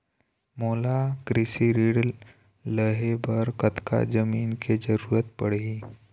मोला कृषि ऋण लहे बर कतका जमीन के जरूरत पड़ही?